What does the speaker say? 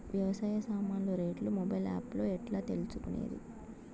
వ్యవసాయ సామాన్లు రేట్లు మొబైల్ ఆప్ లో ఎట్లా తెలుసుకునేది?